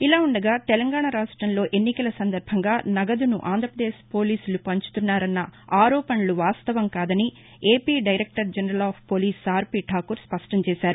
ఇలావుండగా తెలంగాణ రాష్టంలో ఎన్నికల సందర్బంగా నగదును ఆంధ్రప్రదేశ్ పోలీసులు పంచుతున్నారన్న ఆరోపణలు వాస్తవం కాదని director general of police R P Thakur స్పష్టంచేశారు